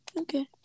okay